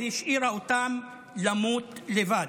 והשאירה אותם למות לבד.